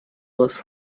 was